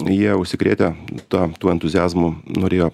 jie užsikrėtę ta tuo entuziazmu norėjo